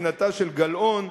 מדינתה של גלאון,